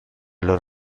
los